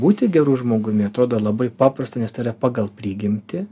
būti geru žmogumi atrodo labai paprasta nes pagal prigimtį